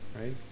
right